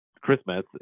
Christmas